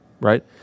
right